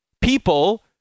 people